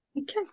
Okay